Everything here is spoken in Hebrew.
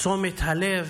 תשומת הלב,